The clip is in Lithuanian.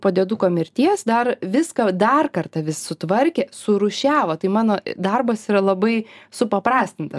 po dieduko mirties dar viską dar kartą vis sutvarkė surūšiavo tai mano darbas yra labai supaprastinta